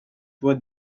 what